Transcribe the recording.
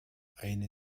eine